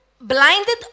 Blinded